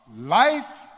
life